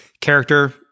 character